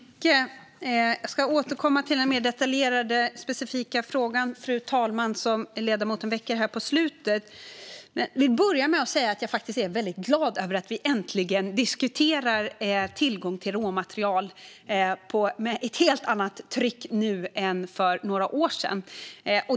Fru talman! Jag ska återkomma till den mer detaljerade och specifika fråga som ledamoten väckte på slutet, men jag vill börja med att säga att jag är väldigt glad över att vi nu äntligen diskuterar tillgång till råmaterial med ett helt annat tryck än vad vi gjorde för några år sedan.